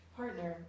partner